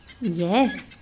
Yes